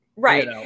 Right